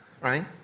right